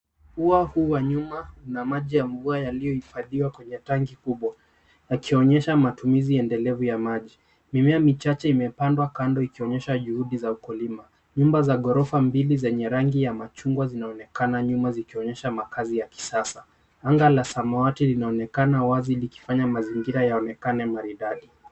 Ua huu wa nyuma na maji ya mvua yaliyohifandiwa kwenye tanki kubwa, yakionesha matumizi endelevu ya maji. Mimea michache imepandwa kando ikionesha juhudi za ukulima. Nyumba za ghorofa mbili zenye rangi ya machungwa zinaonekana nyuma zikionesha makazi ya kisasa. Anga la samawati linaonekana wazi likifanya mazingira yaonekane maridadi.